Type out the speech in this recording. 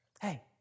hey